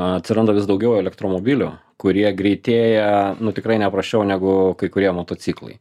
atsiranda vis daugiau elektromobilių kurie greitėja nu tikrai ne prasčiau negu kai kurie motociklai